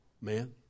man